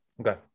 Okay